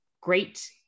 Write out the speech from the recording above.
great